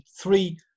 three